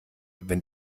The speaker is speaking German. wenn